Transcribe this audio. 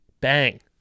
Bang